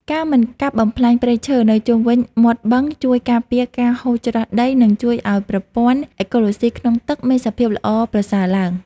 ការមិនកាប់បំផ្លាញព្រៃឈើនៅជុំវិញមាត់បឹងជួយការពារការហូរច្រោះដី និងជួយឱ្យប្រព័ន្ធអេកូឡូស៊ីក្នុងទឹកមានសភាពល្អប្រសើរឡើង។